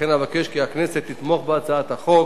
לכן אבקש כי הכנסת תתמוך בהצעת החוק